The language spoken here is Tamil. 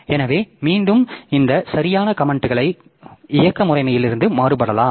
எனவே மீண்டும் இந்த சரியான கமன்ட்களை இயக்க முறைமையில் இருந்து மாறுபடலாம்